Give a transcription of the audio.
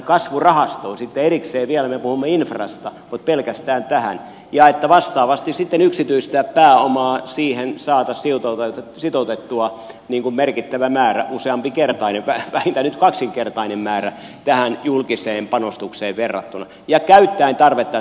sitten erikseen vielä me puhumme infrasta ja vastaavasti sitten yksityistä pääomaa siihen saataisiin sitoutettua merkittävä määrä useampikertainen vähintään nyt kaksinkertainen määrä tähän julkiseen panostukseen verrattuna ja käyttäen tarvetta